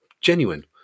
genuine